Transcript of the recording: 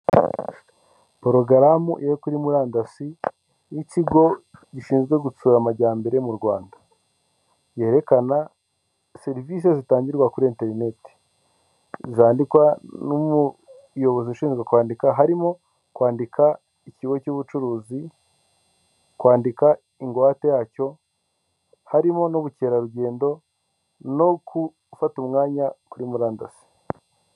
Porogaramu iri kuri murandasi y'ikigo gishinzwe gutsura amajyambere mu Rwanda yerekana serivisi zitangirwa kuri interineti zandikwa n'umuyobozi ushinzwe kwandika harimo kwandika ikigo cy'ubucuruzi kwandika ingwate yacyo harimo n'ubukerarugendo no gufata umwanya kuri murandasi.